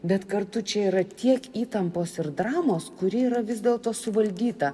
bet kartu čia yra tiek įtampos ir dramos kuri yra vis dėlto suvaldyta